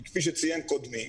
כי כפי שציין קודמי,